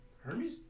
Hermes